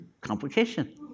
complication